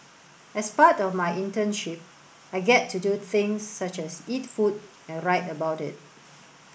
as part of my internship I get to do things such as eat food and write about it